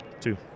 Two